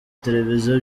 televiziyo